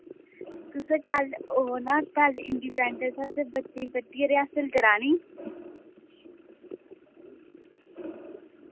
तुसैं कल ओ ना कल इंडिपेंडेंस आस्तै बच्चें ई परतियै रिहर्सल करानी